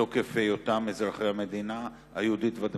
בתוקף היותם אזרחי המדינה היהודית והדמוקרטית.